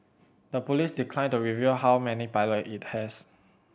the police declined to reveal how many pilot it has